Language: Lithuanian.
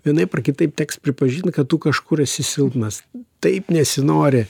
vienaip ar kitaip teks pripažint kad tu kažkur esi silpnas taip nesinori